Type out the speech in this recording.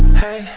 hey